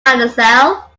mademoiselle